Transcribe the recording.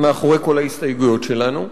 מאחורי כל ההסתייגויות שלנו.